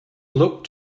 luck